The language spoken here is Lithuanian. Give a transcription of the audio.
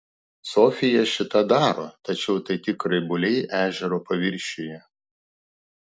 sofija šį tą daro tačiau tai tik raibuliai ežero paviršiuje